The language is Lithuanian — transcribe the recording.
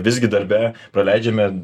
visgi darbe praleidžiame